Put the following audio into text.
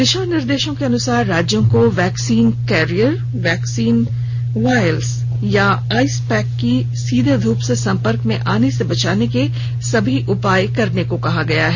दिशानिर्देशों के अनुसार राज्यों को वैक्सीन कैरियर वैक्सीन वायल्स या आइसपैक को सीधे ध्रप के संपर्क में आने से बचाने के सभी उपाय करने को कहा गया है